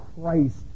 Christ